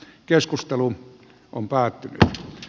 keskustelu on päättynyt